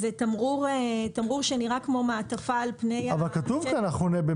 זה תמרור שנראה כמו מעטפה על פני השטח.